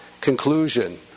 conclusion